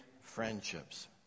friendships